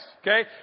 okay